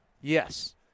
Yes